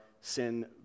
sin